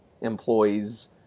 employees